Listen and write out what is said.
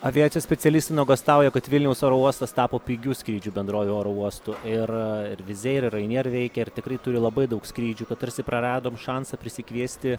aviacijos specialistai nuogąstauja kad vilniaus oro uostas tapo pigių skrydžių bendrovių oro uostu ir ir vizeir ir raineir veikia ir tikrai turi labai daug skrydžių kad tarsi praradom šansą prisikviesti